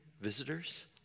visitors